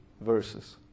verses